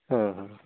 ᱦᱮᱸ ᱦᱮᱸ